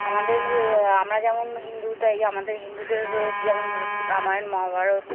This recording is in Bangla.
আমাদের আমরা যেমন হিন্দু তাই আমাদের হিন্দুদের রয়েছে যেমন রামায়ণ মহাভারত